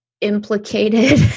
implicated